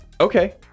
Okay